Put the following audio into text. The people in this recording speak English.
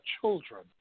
children